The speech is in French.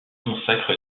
consacre